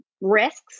risks